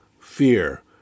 fear